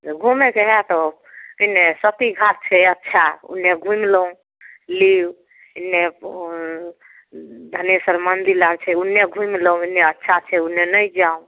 तऽ घुमैके हइ तऽ एन्ने सती घाट छै अच्छा ओन्ने घुमिलौँ लिऔ एन्ने धनेसर मन्दिर आओर छै ओन्ने घुमिलौँ ओन्ने अच्छा छै ओन्ने नहि जाउ